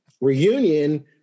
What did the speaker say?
reunion